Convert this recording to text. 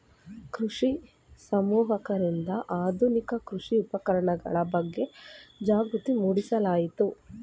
ಕೃಷಿ ಸಮೂಹಕರಿಂದ ಆಧುನಿಕ ಕೃಷಿ ಉಪಕರಣಗಳ ಬಗ್ಗೆ ಜಾಗೃತಿ ಮೂಡಿಸಲಾಯಿತು